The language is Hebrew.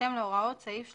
בהתאם להוראות סעיף 32(ז).